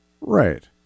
right